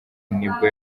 nibwo